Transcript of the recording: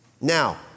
Now